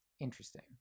Interesting